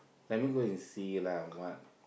let me go and see lah what